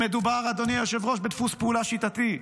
אדוני היושב-ראש, מדובר בדפוס פעולה שיטתי.